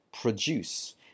produce